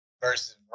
Versus